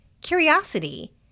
Curiosity